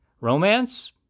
Romance